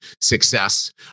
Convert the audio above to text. success